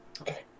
Okay